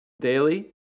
daily